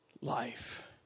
life